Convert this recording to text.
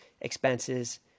expenses